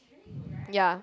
yeah